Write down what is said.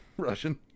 Russian